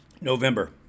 November